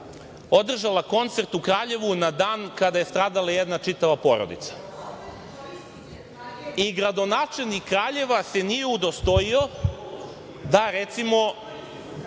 održala koncert u Kraljevu na dan kada je stradala jedna čitava porodica i gradonačelnik Kraljeva se nije udostojio da, recimo,